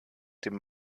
dem